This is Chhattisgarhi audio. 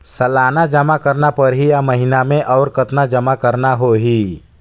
सालाना जमा करना परही या महीना मे और कतना जमा करना होहि?